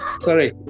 Sorry